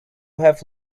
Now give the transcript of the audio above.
have